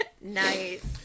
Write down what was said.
Nice